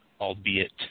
albeit